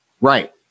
Right